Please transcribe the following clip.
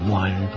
one